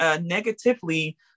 negatively